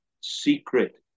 secret